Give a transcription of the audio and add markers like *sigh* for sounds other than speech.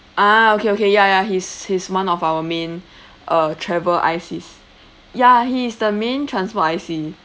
ah okay okay ya ya he's he's one of our main *breath* uh travel I_Cs ya he is the main transport I_C